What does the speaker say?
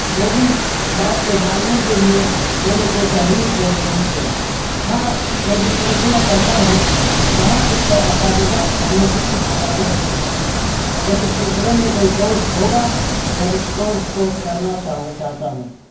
لیکن اس بات کو جاننے کے لیے میں نے کوئی تحریر کورس نہیں کیا ہاں میں جس مدرسے میں پڑھتا ہوں وہاں اس پر اساتذہ ہمیں کچھ کچھ بتاتے رہتے ہیں اگر اس سلسلے میں کوئی کورس ہوگا تو میں اس کورس کو کرنا چاہوں چاہتا ہوں